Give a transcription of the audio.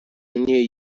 mnie